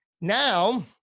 Now